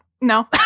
no